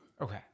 Okay